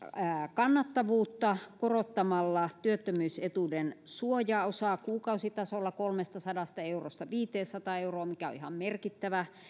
kannattavuutta korottamalla työttömyysetuuden suojaosaa kuukausitasolla kolmestasadasta eurosta viiteensataan euroon mikä on ihan merkittävä